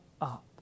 up